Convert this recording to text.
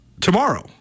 tomorrow